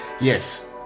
Yes